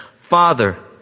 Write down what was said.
Father